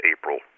April